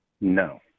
No